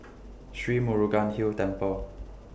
Sri Murugan Hill Temple